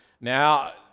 Now